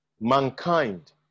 Mankind